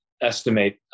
estimate